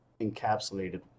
encapsulated